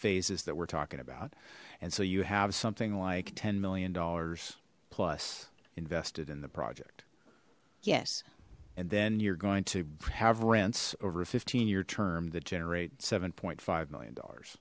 phases that we're talking about and so you have something like ten million dollars plus invested in the project yes and then you're going to have rents over a fifteen year term that generates seven point five million dollars